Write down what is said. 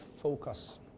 focus